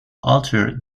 alter